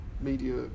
media